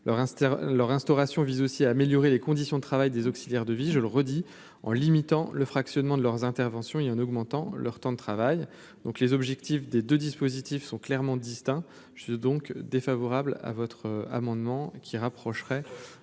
leur instauration vise aussi à améliorer les conditions de travail des auxiliaires de vie, je le redis, en limitant le fractionnement de leurs interventions, il en augmentant leur temps de travail, donc les objectifs des 2 dispositifs sont clairement distincts, je suis donc défavorable à votre amendement qui rapprocherait